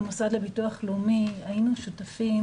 כמוסד לביטוח לאומי היינו שותפים